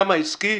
גם העסקי,